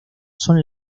son